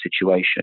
situation